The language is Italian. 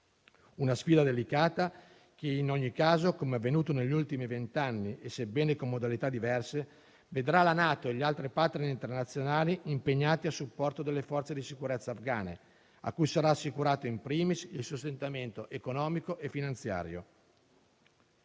Tale sfida delicata, in ogni caso, come avvenuto negli ultimi venti anni, sebbene con modalità diverse, vedrà la NATO e gli altri *partner* internazionali impegnati a supporto delle forze di sicurezza afgane, cui sarà assicurato *in primis* il sostentamento economico e finanziario.